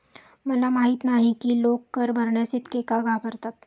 मला माहित नाही की लोक कर भरण्यास इतके का घाबरतात